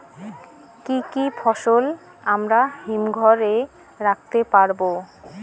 কি কি ফসল আমরা হিমঘর এ রাখতে পারব?